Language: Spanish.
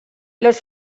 los